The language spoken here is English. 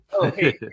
Okay